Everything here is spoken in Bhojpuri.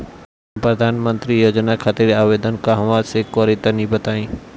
हम प्रधनमंत्री योजना खातिर आवेदन कहवा से करि तनि बताईं?